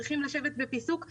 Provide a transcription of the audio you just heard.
צריכים לשבת בפיסוק.